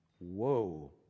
Whoa